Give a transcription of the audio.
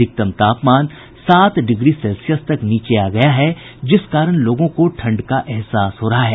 अधिकतम तापमान सात डिग्री सेल्सियस तक नीचे आ गया है जिस कारण लोगों को ठंड का एहसास हो रहा है